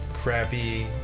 crappy